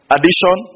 Addition